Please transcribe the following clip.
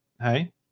hey